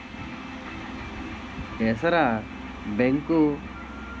ఏసార bank పెట్టుబడి bank ఇవిచ్చే service సలహాలు పొందుతాయి